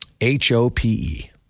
H-O-P-E